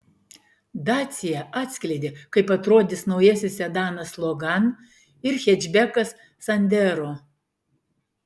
dacia atskleidė kaip atrodys naujasis sedanas logan ir hečbekas sandero